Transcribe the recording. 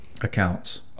accounts